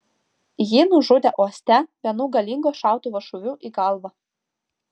jį nužudė uoste vienu galingo šautuvo šūviu į galvą